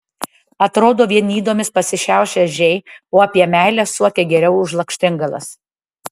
atrodo vien ydomis pasišiaušę ežiai o apie meilę suokia geriau už lakštingalas